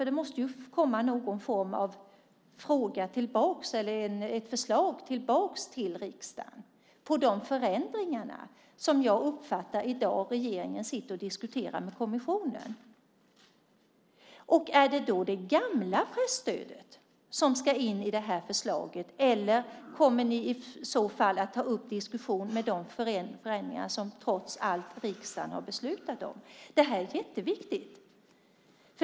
Det måste ju komma någon form av förslag till förändringar tillbaka till riksdagen som jag uppfattar att regeringen i dag diskuterar med kommissionen. Är det då det gamla presstödet som ska in i förslaget, eller kommer ni att ta med de förändringar som riksdagen trots allt har beslutat om? Det här är jätteviktigt.